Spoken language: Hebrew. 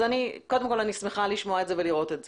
אז, קודם כול, אני שמחה לשמוע את זה ולראות את זה.